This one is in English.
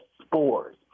spores